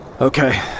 okay